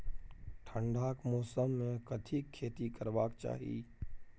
ठंडाक मौसम मे कथिक खेती करबाक चाही?